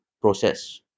process